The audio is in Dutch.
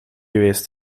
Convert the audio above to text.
geweest